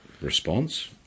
response